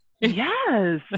Yes